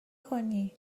کنی